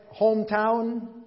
hometown